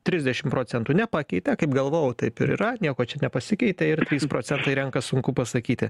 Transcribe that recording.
trisdešim procentų nepakeitė kaip galvojau taip ir yra nieko čia nepasikeitė ir trys procentai renka sunku pasakyti